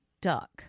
duck